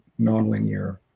nonlinear